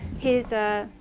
here's a,